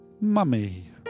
Mummy